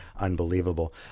unbelievable